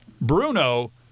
Bruno